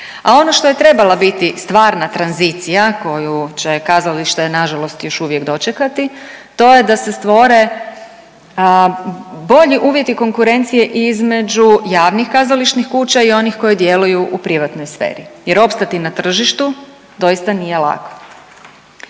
A ono što je trebala biti stvarna tranzicija koju će kazalište nažalost još uvijek dočekati to je da se stvore bolji uvjeti konkurencije između javnih kazališnih kuća i onih koje djeluju u privatnoj sferi jer opstati na tržištu doista nije lako.